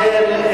אכן,